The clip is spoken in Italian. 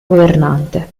governante